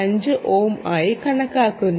5 ohm ആയി കണക്കാക്കുന്നു